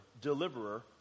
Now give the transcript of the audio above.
deliverer